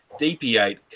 DP8